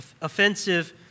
offensive